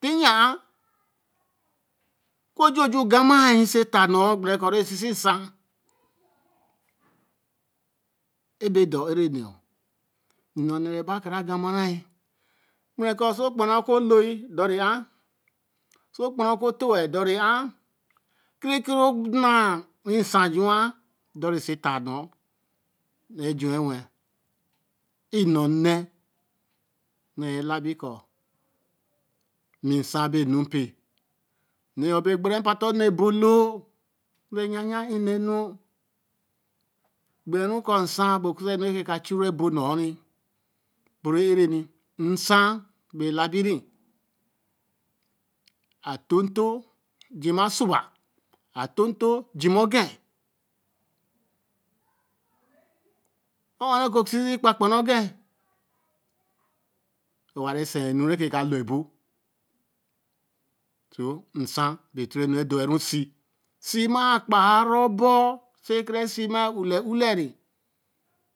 ti ye ar o ku ju ju ka maā yi oso e ta nu gbere ko re si-si nsan. ebe tor e re n̄ni yo ē ne na ba ka ra ga ma ra. gbere ko so kpa ra o ku loo yi dor re ari so gbere o ku to wa dor ar. ke re kere naā re nsan ju wa tor ā tor re so e ta nu ne jon wen yen. e ne re labi ko bi nsan be nu per ne yo be gbere pa ta one e boto re yen yen e ne nu gbere ru ko nsan be toro e nu re ka jure bo nn̄o nī bore e reni nsan e be la bire a ton toō jima asuwa a ton toō jima o yen o ho re ka sisi gbere o gen o wa re enu re keka lor e bo. so n san be to-ro enu re dor wa rusī. sī maā kpara bo. te kere sī mma uo le uo le re